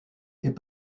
est